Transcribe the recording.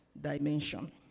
dimension